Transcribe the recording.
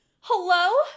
hello